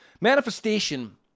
Manifestation